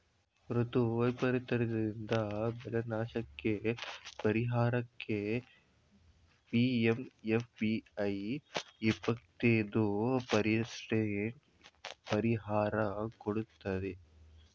ಋತು ವೈಪರೀತದಿಂದಾದ ಬೆಳೆನಾಶಕ್ಕೇ ಪರಿಹಾರಕ್ಕೆ ಪಿ.ಎಂ.ಎಫ್.ಬಿ.ವೈ ಇಪ್ಪತೈದು ಪರಸೆಂಟ್ ಪರಿಹಾರ ಕೊಡ್ತಾರೆ